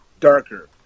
darker